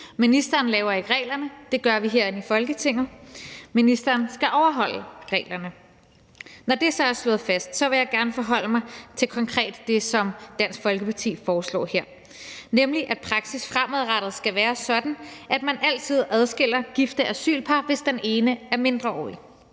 Ministeren laver ikke reglerne; det gør vi herinde i Folketinget. Ministeren skal overholde reglerne. Når det så er slået fast, vil jeg gerne forholde mig til det konkrete, Dansk Folkeparti foreslår her, nemlig at praksis fremadrettet skal være sådan, at man altid adskiller gifte asylpar, hvis den ene er mindreårig.